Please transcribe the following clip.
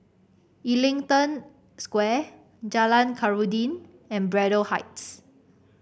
Ellington Square Jalan Khairuddin and Braddell Heights